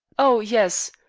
oh yes.